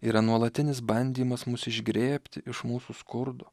yra nuolatinis bandymas mus išgrėbti iš mūsų skurdo